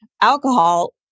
alcohol